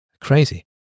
Crazy